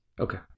Okay